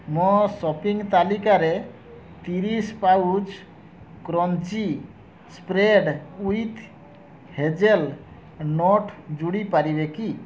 ମୋ ସପିଂ ତାଲିକାରେ ତିରିଶ pouch crunchy spread with hazelnut ଯୋଡ଼ି ପାରିବେ କି